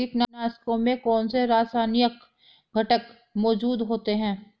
कीटनाशकों में कौनसे रासायनिक घटक मौजूद होते हैं?